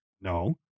no